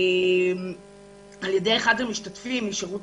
על-ידי אחד המשתתפים משירות